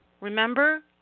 Remember